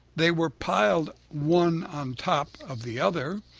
they were piled one on top of the other,